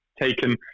taken